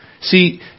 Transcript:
See